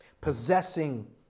possessing